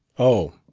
oh,